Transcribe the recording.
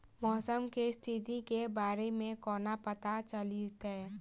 मौसम केँ स्थिति केँ बारे मे कोना पत्ता चलितै?